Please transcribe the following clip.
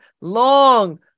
long